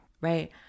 Right